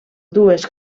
dues